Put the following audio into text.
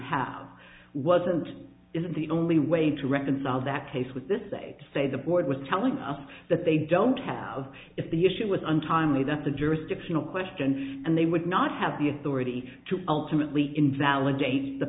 have wasn't isn't the only way to reconcile that case with this they say the board was telling us that they don't have if the issue was untimely that the jurisdictional question and they would not have the authority to ultimately invalidate the